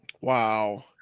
Wow